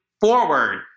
forward